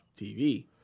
TV